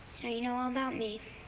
now you know all about me.